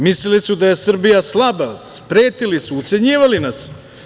Mislili su da je Srbija slaba, pretili su, ucenjivali nas.